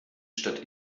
stadt